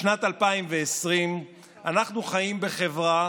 בשנת 2020 אנחנו חיים בחברה